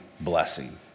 blessing